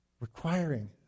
requiring